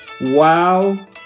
Wow